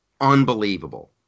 unbelievable